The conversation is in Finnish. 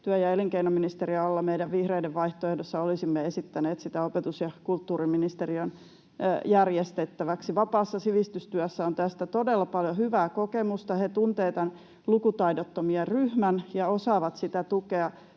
työ- ja elinkeinoministeriön alla. Meidän vihreiden vaihtoehdossa olisimme esittäneet sitä opetus- ja kulttuuriministeriön järjestettäväksi. Vapaassa sivistystyössä on tästä todella paljon hyvää kokemusta. He tuntevat tämän lukutaidottomien ryhmän ja osaavat sitä tukea,